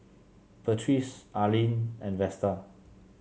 Patrice Arline and Vesta